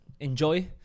enjoy